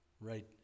right